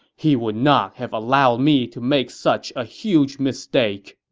he would not have allowed me to make such a huge mistake!